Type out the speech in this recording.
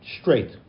straight